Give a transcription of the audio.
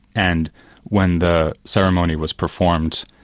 and when the ceremony was performed,